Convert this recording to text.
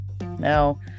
Now